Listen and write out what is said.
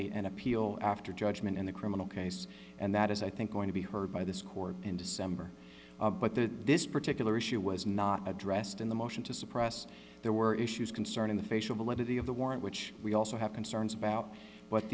a an appeal after judgment in the criminal case and that is i think going to be heard by this court in december but that this particular issue was not addressed in the motion to suppress there were issues concerning the facial validity of the warrant which we also have concerns about